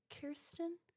Kirsten